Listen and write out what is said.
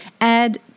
add